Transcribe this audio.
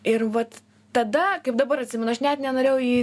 ir vat tada kaip dabar atsimenu aš net nenorėjau į